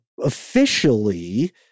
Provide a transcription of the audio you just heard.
officially